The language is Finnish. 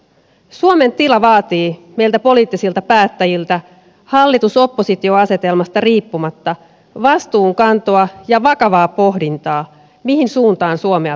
suomen tila vaatii meiltä poliittisilta päättäjiltä hallitusoppositio asetelmasta riippumatta vastuunkantoa ja vakavaa pohdintaa mihin suuntaan suomea pitää viedä